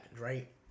right